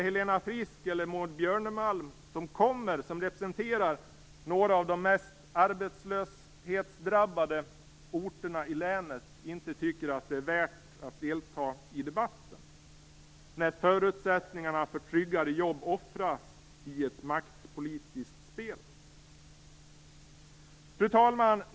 Helena Frisk och Maud Björnemalm, som representerar ett par av de mest arbetslöshetsdrabbade orterna i länet, tycker inte att det är värt att delta i debatten. Förutsättningarna för tryggade jobb offras i ett maktpolitiskt spel. Fru talman!